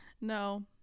No